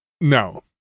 No